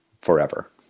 forever